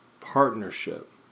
partnership